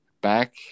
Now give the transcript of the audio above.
back